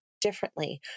differently